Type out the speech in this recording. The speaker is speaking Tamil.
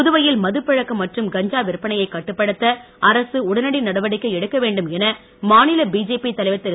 புதுவையில் மதுப் பழக்கம் மற்றும் கஞ்சா விற்பனை கட்டுப்படுத்த அரசு உடனடி நடவடிக்கை எடுக்க வேண்டும் என மாநில பிஜேபி தலைவர் திரு